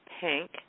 pink